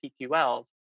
PQLs